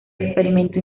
experimento